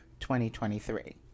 2023